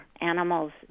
animal's